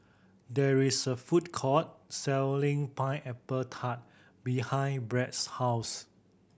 there is a food court selling Pineapple Tart behind Brad's house